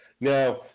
Now